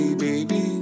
baby